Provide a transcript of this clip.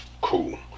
Cool